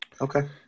Okay